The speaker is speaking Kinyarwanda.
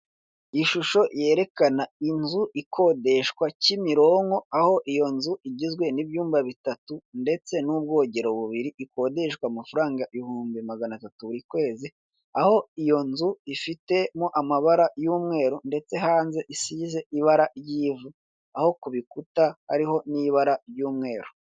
Ishusho yerekana inzu ikodeshwa, kimironko, aho iyo inzu igizwe n'ibyumba bitatu ndetse n'ubwogera bubiri, ikodeshwa amafaranga ibihumbi magana atatu buri kwezi, aho iyo nzu ifitemo amabara y'umweru ndetse hanze isize ibara ry'ivu, naho ku bikunda hariho ibara ry'umweru.